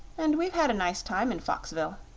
and we've had a nice time in foxville.